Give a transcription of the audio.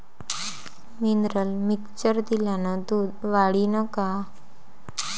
Mineral mixture दिल्यानं दूध वाढीनं का?